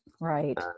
Right